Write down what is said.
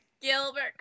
Gilbert